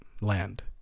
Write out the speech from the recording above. land